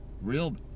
real